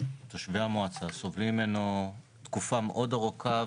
שתושבי המועצה סובלים ממנו תקופה מאוד ארוכה,